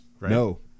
No